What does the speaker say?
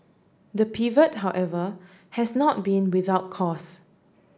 the pivot however has not been without cost